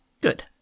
Good